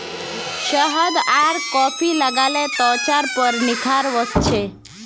शहद आर कॉफी लगाले त्वचार पर निखार वस छे